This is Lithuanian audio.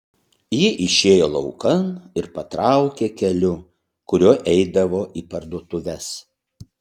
ji išėjo laukan ir patraukė keliu kuriuo eidavo į parduotuves